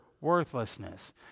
worthlessness